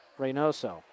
Reynoso